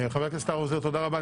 תודה רבה.